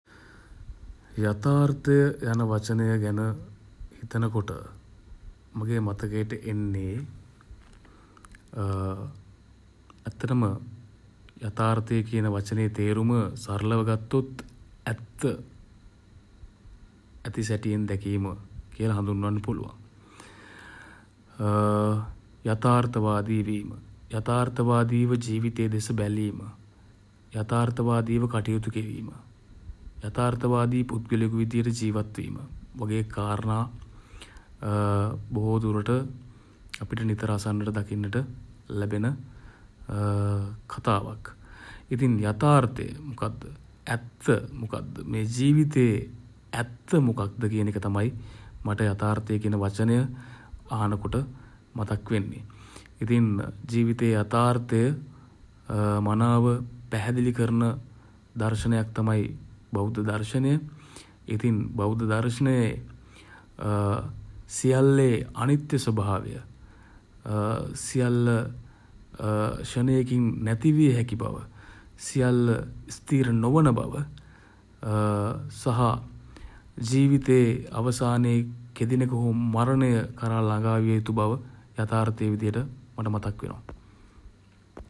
යතාර්ථය යන වචනය ගැන හිතනකොට මගේ මතකයට එන්නේ ඇත්තටම යතාර්ථය යන වචනයේ තේරුම සරලව ගත්තොත් ඇත්ත ඇති සැටියෙන් දැකීම කියල හඳුන්වන්න පුළුවන්. යතාර්ථවාදී වීම යතාර්ථවාදීව ජීවිතය දෙස බැලීම යතාර්ථවාදීව කටයුතු කිරීම යතාර්ථවාදී පුද්ගලයෙකු විදියට ජීවත් වීම වගේ කාරණා බොහෝ දුරට අපිට නිතර අසන්නට දකින්නට ලැබෙන කතාවක්. ඉතින් යතාර්ථය මොකද්ද ඇත්ත මොකද්ද මේ ජීවිතේ ඇත්ත මොකද්ද කියන එක තමයි මට යතාර්ථය කියන වචනය අහන කොට මතක් වෙන්නේ ඉතින් ජීවිතේ යතාර්ථය මනාව පැහැදිළි කරන දර්ශනයක් තමයි බෞද්ධ දර්ශනය. ඉතින් බෞද්ධ දර්ශනයේ සියල්ලේ අනිත්‍ය ස්වභාවය සියල්ල ක්ෂණයකින් නැති විය හැකි බව සියල්ල ස්ථිර නොවන බව සහ ජීවිතේ අවසනයේ කෙදිනක හෝ මරණය කරා ළඟා විය යුතු බව යතාර්ථය විදියට මට මතක් වෙනවා.